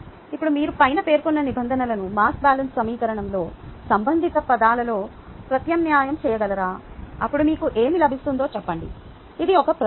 ఇప్పుడు మీరు పైన పేర్కొన్న నిబంధనలను మాస్ బ్యాలెన్స్ సమీకరణంలో సంబంధిత పదాలలో ప్రత్యామ్నాయం చేయగలరా అప్పుడు మీకు ఏమి లభిస్తుందో చెప్పండి ఇది ఒక ప్రశ్న